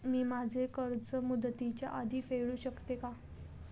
मी माझे कर्ज मुदतीच्या आधी फेडू शकते का?